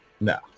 No